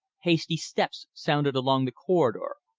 hasty steps sounded along the corridor.